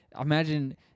imagine